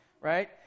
right